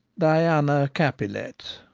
diana capilet